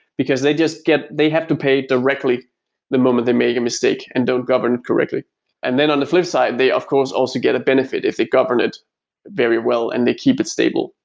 because they just get they have to pay directly the moment they make a mistake and don't govern correctly and then on the flipside, they of course also get a benefit if they govern it very well and they keep it stable.